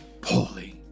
poorly